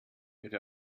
ihre